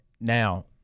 Now